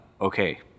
okay